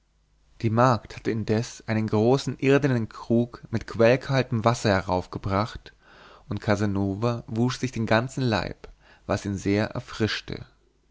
die magd hatte indes einen großen irdenen krug mit quellkaltem wasser heraufgebracht und casanova wusch sich den ganzen leib was ihn sehr erfrischte